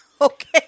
Okay